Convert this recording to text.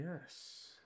Yes